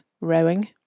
rowing